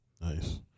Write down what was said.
Nice